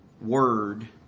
Word